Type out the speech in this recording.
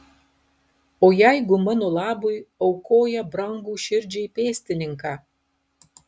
o jeigu mano labui aukoja brangų širdžiai pėstininką